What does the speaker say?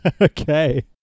Okay